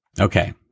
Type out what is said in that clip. Okay